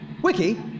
Wiki